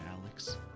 Alex